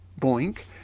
boink